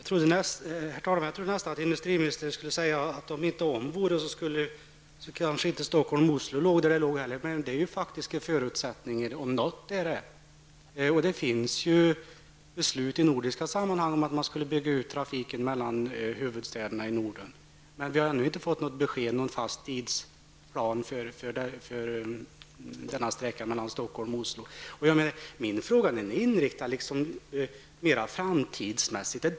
Herr talman! Jag trodde nästan att industriministern skulle säga att om inte om vore kanske inte heller Stockholm och Oslo skulle ligga där de ligger. Men det är nu faktiskt en förutsättning. Det finns beslut i nordiska sammanhang om att man skall bygga ut trafiken mellan huvudstäderna i Norden. Vi har ännu inte fått någon fast tidsplan för sträckan Stockholm-- Min fråga är framtidsinriktad.